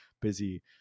busy